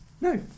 no